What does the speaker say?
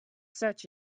such